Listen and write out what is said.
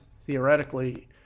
theoretically